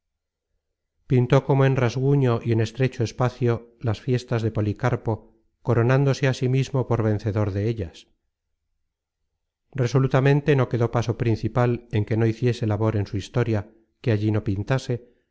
pintó como en rasguño y en estrecho espacio las fiestas de policarpo coronándose á sí mismo por vencedor en ellas resolutamente no quedó paso principal en que no hiciese labor en su historia que allí no pintase